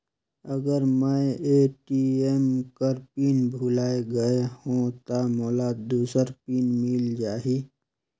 अगर मैं ए.टी.एम कर पिन भुलाये गये हो ता मोला दूसर पिन मिल जाही?